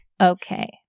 Okay